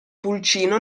pulcino